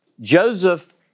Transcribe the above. Joseph